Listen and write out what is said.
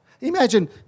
imagine